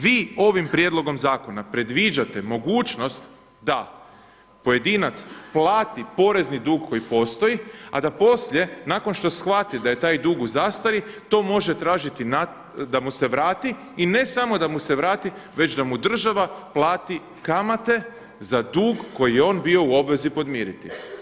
Vi ovim prijedlogom zakona predviđate mogućnost da pojedinac plati porezni dug koji postoji, a da poslije nakon što shvati da je taj dug u zastari, to može tražiti da mu se vrati i ne samo da mu se vrati već da mu država plati kamate za dug koji je on bio u obvezi podmiriti.